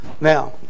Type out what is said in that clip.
Now